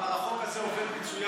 אמר: החוק הזה עובד מצוין,